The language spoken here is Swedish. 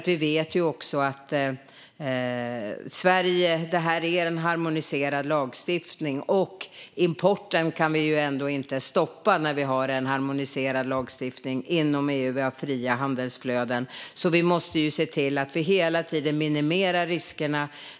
Vi vet att det här är en harmoniserad lagstiftning, och importen kan vi ändå inte stoppa när vi har en harmoniserad lagstiftning inom EU och fria handelsflöden. Vi måste se till att vi hela tiden minimerar riskerna.